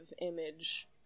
image